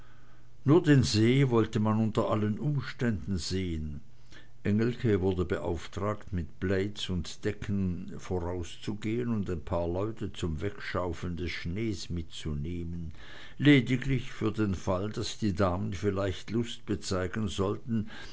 nur den see wollte man unter allen umständen sehn engelke wurde beauftragt mit plaids und decken vorauszugehn und ein paar leute zum wegschaufeln des schnees mitzunehmen lediglich für den fall daß die damen vielleicht lust bezeigen sollten